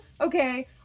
okay